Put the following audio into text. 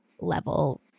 level